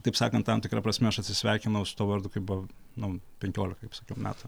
taip sakant tam tikra prasme aš atsisveikinau su tuo vardu kai buvo nu penkiolika kaip sakiau metų